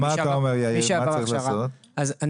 מי שעבר הכשרה --- אז מה אתה אומר,